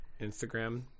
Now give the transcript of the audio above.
Instagram